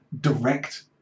direct